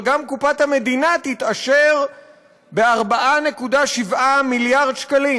אבל גם קופת המדינה תתעשר ב-4.7 מיליארד שקלים.